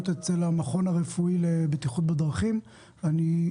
במכון הרפואי לבטיחות בדרכים עד האחד בפברואר.